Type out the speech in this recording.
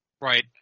right